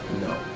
No